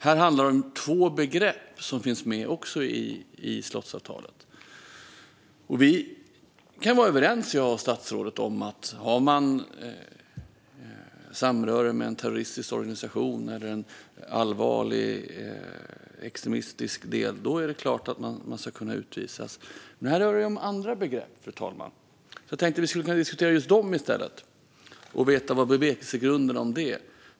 Här handlar det om två andra begrepp som finns med i slottsavtalet. Statsrådet och jag kan vara överens om att samröre med en terroristisk organisation eller en organisation med en allvarligt extremistisk del ska kunna leda till att man utvisas. Men här handlar det om andra begrepp, fru talman. Jag tänkte att vi skulle kunna diskutera dem i stället och få veta mer om bevekelsegrunderna bakom dem.